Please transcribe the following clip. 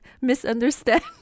Misunderstand